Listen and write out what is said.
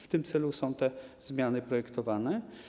W tym celu są te zmiany projektowane.